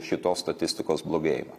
šitos statistikos blogėjimą